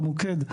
למוקד,